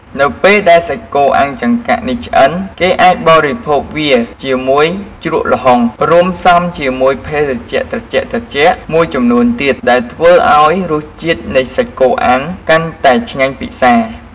នៅពេលដែលសាច់គោអាំងចង្កាក់នេះឆ្អិន គេអាចបរិភោគវាជាមួយជ្រក់ល្ហុង រួមផ្សំជាមួយភេសជ្ជៈត្រជាក់ៗមួយចំនួនទៀតដែលធ្វើឱ្យរសជាតិនៃសាច់គោអាំងកាន់តែឆ្ងាញ់ពិសា។